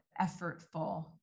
effortful